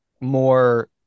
more